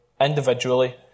individually